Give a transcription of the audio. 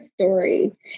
story